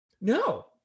No